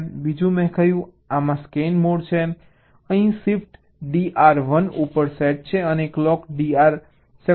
બીજું મેં કહ્યું આમાં સ્કેન મોડ છે અહીં Shift DR 1 ઉપર સેટ છે અને Clock DR સક્રિય છે